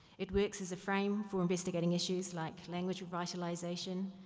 it works as a frame for investigating issues like, language revitalization,